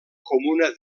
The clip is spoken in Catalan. comuna